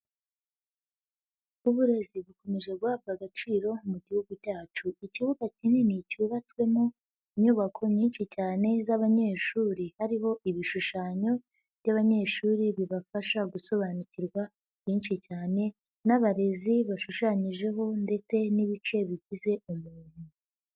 Uburezi bukomeje guhabwa agaciro mu Gihugu cyacu. Ikibuga kinini cyubatswemo inyubako nyinshi cyane z'abanyeshuri hariho ibishushanyo by'abanyeshuri bibafasha gusobanukirwa byinshi cyane n'abarezi bashushanyijeho ndetse n'ibice bigize umuntu.